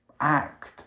act